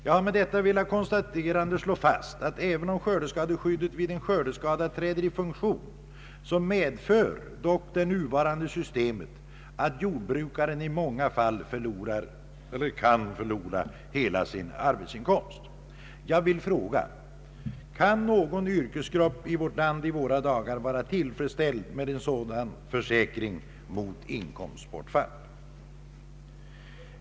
Jag har med detta velat slå fast att även om skördeskadeskyddet vid en skördeskada träder i funktion, så medför det nuvarande systemet att jordbrukaren i många fall kan förlora hela sin arbetsinkomst. Jag vill fråga: Kan någon annan yrkesgrupp i vårt land vara tillfredsställd med en sådan försäkring vid inkomstbortfall?